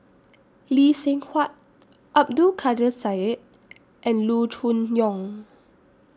Lee Seng Huat Abdul Kadir Syed and Loo Choon Yong